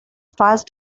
fast